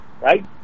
right